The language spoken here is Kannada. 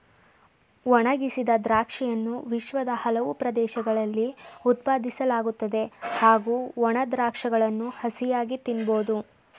ಒಣಗಿಸಿದ ದ್ರಾಕ್ಷಿಯನ್ನು ವಿಶ್ವದ ಹಲವು ಪ್ರದೇಶಗಳಲ್ಲಿ ಉತ್ಪಾದಿಸಲಾಗುತ್ತದೆ ಹಾಗೂ ಒಣ ದ್ರಾಕ್ಷಗಳನ್ನು ಹಸಿಯಾಗಿ ತಿನ್ಬೋದು